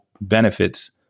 benefits